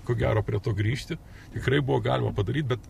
ko gero prie to grįžti tikrai buvo galima padaryt bet